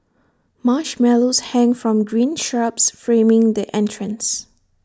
marshmallows hang from green shrubs framing the entrance